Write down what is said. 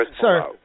Sir